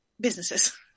businesses